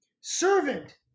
Servant